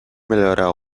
melhorar